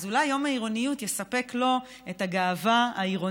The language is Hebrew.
אז אולי יום העירוניות יספק לו את הגאווה העירונית,